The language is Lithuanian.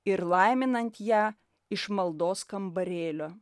ir laiminant ją iš maldos kambarėlio